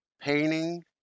painting